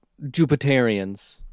Jupiterians